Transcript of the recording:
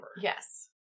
Yes